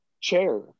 chair